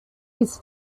his